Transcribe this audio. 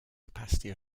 capacity